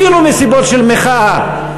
אפילו מסיבות של מחאה,